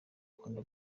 gukunda